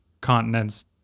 continents